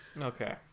Okay